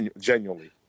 genuinely